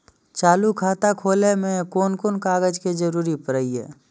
चालु खाता खोलय में कोन कोन कागज के जरूरी परैय?